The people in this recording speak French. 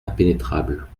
impénétrables